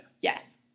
Yes